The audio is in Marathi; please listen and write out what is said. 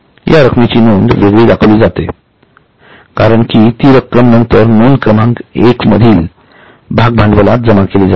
या रक्कमेची नोंद वेगळी दाखविली जाते कारण कि ती रक्कम नंतर नोंद क्रमांक एक मधील भागभांडवलात जमा केली जाते